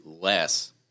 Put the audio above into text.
less